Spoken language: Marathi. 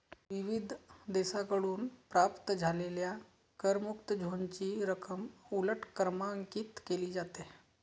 विविध देशांकडून प्राप्त झालेल्या करमुक्त झोनची रक्कम उलट क्रमांकित केली जाते